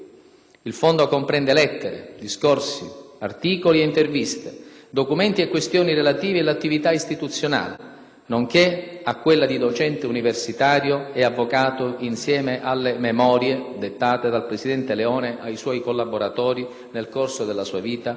Il Fondo comprende lettere, discorsi, articoli ed interviste, documenti e questioni relativi all'attività istituzionale, nonché a quella di docente universitario e avvocato, insieme alle memorie dettate dal presidente Leone ai suoi collaboratori nel corso della sua vita